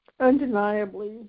Undeniably